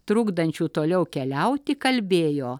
trukdančių toliau keliauti kalbėjo